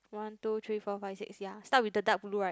one two three four five six ya start with the dark blue right